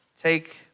Take